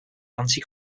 anti